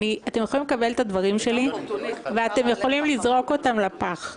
אתם יכולים לקבל את הדברים שלי ואתם יכולים לזרוק אותם לפח.